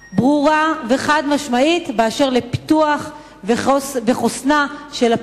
וחד-משמעית באשר לפיתוח הפריפריה וחוסנה.